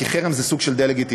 כי חרם זה סוג של דה-לגיטימציה,